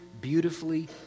beautifully